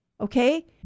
Okay